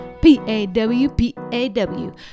P-A-W-P-A-W